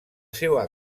seua